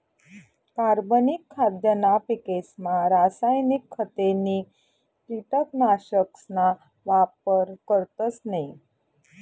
कार्बनिक खाद्यना पिकेसमा रासायनिक खते नी कीटकनाशकसना वापर करतस नयी